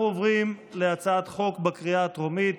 אנחנו עוברים להצעת חוק בקריאה הטרומית.